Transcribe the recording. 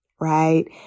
right